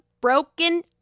broken